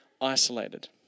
isolated